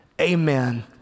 Amen